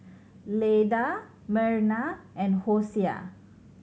Leda Merna and Hosea